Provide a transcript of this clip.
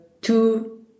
two